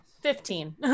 Fifteen